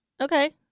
okay